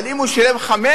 אבל אם הוא ישלם 5,000,